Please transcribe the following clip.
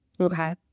okay